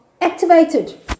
activated